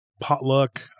potluck